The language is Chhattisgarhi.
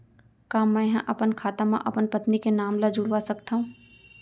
का मैं ह अपन खाता म अपन पत्नी के नाम ला जुड़वा सकथव?